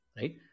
right